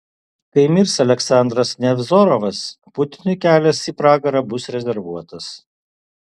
kai mirs aleksandras nevzorovas putinui kelias į pragarą bus rezervuotas